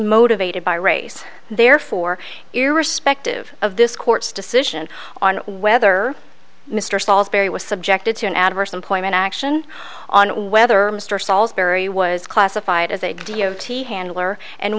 motivated by race therefore irrespective of this court's decision on whether mr saulsbury was subjected to an adverse employment action on whether mr solsbury was classified as a d o t handler and